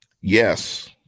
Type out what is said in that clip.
Yes